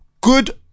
good